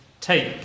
Take